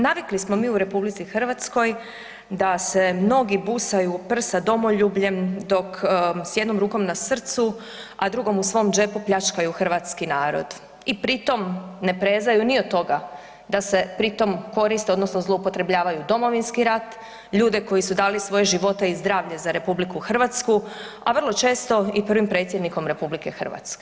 Navikli smo mi u RH da se mnogi busaju u prsa domoljubljem, dok s jednom rukom na srcu, a drugom u svom džepu pljačkaju hrvatski narod i pri tom ne prezaju ni od toga da se pri tom koriste odnosno zloupotrebljavaju Domovinski rat, ljude koji su dali svoje živote i zdravlje za RH, a vrlo često i prvim predsjednikom RH.